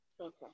Okay